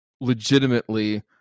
Legitimately